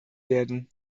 werden